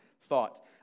thought